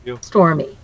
Stormy